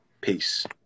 Peace